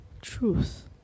truth